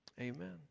amen